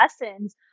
lessons